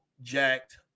jacked